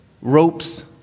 ropes